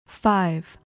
Five